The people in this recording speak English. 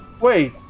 Wait